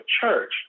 church